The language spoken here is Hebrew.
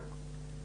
בבקשה.